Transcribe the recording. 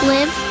Live